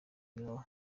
ibihaha